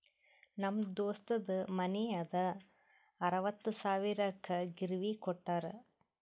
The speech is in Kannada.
ನಮ್ ದೋಸ್ತದು ಮನಿ ಅದಾ ಅರವತ್ತ್ ಸಾವಿರಕ್ ಗಿರ್ವಿಗ್ ಕೋಟ್ಟಾರ್